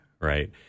right